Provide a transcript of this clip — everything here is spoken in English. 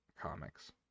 comics